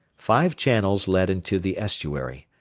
five channels led into the estuary,